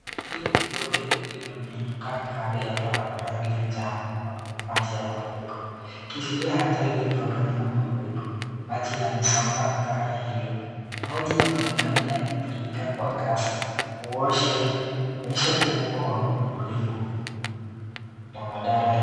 Hili ni lori lililopinduka kando ya barabara iliyojaa maji ya mafuriko, ikiashiria ajali iliyotokana na mafuriko. Maji yamesomba gari hili. Maji yanaonekana yakitiririka kwa kasi kuonyesha ukubwa wa mafuriko na madhara